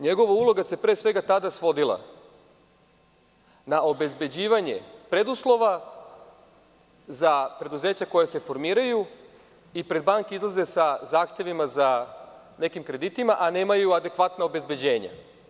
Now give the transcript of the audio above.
Njegova uloga se pre svega tada svodila na obezbeđivanje preduslova za preduzeća koja se formiraju i pred banke izlaze sa zahtevima za nekim kreditima, a nemaju adekvatna obezbeđenja.